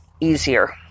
easier